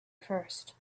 first